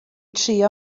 trio